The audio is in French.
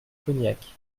cognac